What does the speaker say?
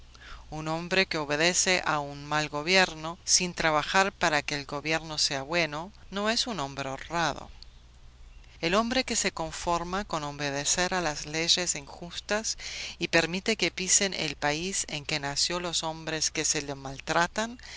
un hombre que obedece a un mal gobierno sin trabajar para que el gobierno sea bueno no es un hombre honrado un hombre que se conforma con obedecer a leyes injustas y permite que pisen el país en que nació los hombres que se lo maltratan